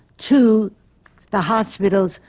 to the hospitals,